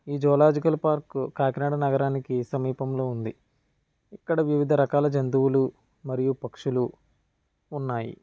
ఈ zoological park Kakinada నగరానికి సమీపంగా ఉంది ఇక్కడ వివిధ రకాల జంతువులు మరియు పక్షులు ఉన్నాయి